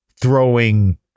throwing